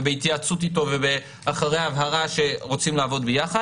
בהתייעצות איתו ואחרי הבהרה שרוצים לעבוד ביחד,